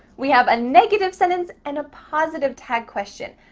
we have a negative sentence and a positive tag question.